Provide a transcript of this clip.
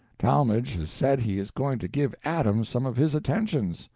talmage has said he is going to give adam some of his attentions,